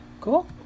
Cool